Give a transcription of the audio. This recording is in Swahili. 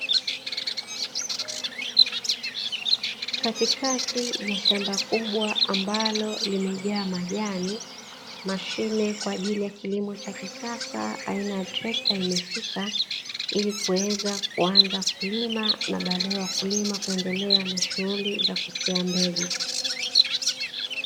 Katikati ya shamba kubwa ambalo limejaa majani, mashine kwa ajili ya kilimo cha kisasa aina ya trekta amefika , ili kuanza kulima na badae wakulima kuendelea na shughuli za kusia mbegu.